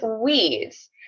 weeds